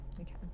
Okay